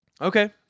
okay